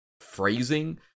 phrasing